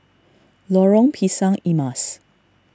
Lorong Pisang Emas